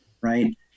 right